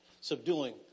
Subduing